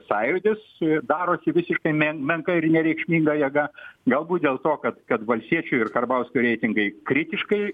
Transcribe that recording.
sąjūdis darosi visiškai me menka ir nereikšminga jėga galbūt dėl to kad kad valstiečių ir karbauskio reitingai kritiškai